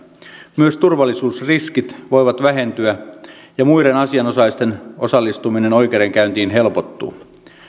myös turvallisuusriskit voivat vähentyä ja muiden asianosaisten osallistuminen oikeudenkäyntiin helpottuu